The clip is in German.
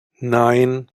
nein